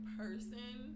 person